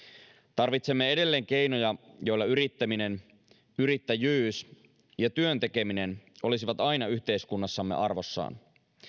tarvitsemme edelleen keinoja joilla yrittäminen yrittäjyys ja työn tekeminen olisivat aina yhteiskunnassamme arvossaan